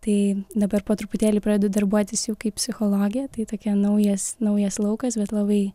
tai dabar po truputėlį pradedu darbuotis jau kaip psichologė tai tokia naujas naujas laukas bet labai